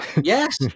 Yes